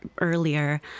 earlier